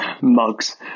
mugs